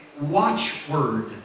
watchword